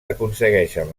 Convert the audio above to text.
aconsegueixen